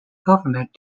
government